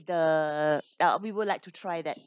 the ah we would like to try that